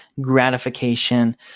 gratification